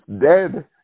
dead